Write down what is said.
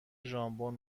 ژامبون